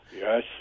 yes